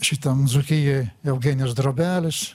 šitam dzūkijoj eugenijus drobelis